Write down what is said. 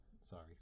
Sorry